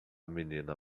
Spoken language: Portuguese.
menina